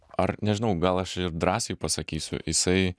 ar nežinau gal aš ir drąsiai pasakysiu jisai